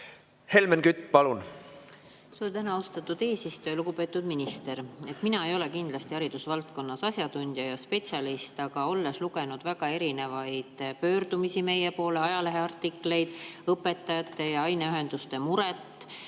Helmen Kütt, palun! Suur tänu, austatud eesistuja! Lugupeetud minister! Mina ei ole kindlasti haridusvaldkonnas asjatundja ja spetsialist, aga olles lugenud väga erinevaid pöördumisi meie poole, ajaleheartikleid, õpetajate ja aineühenduste muret,